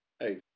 Hey